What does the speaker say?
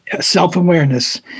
self-awareness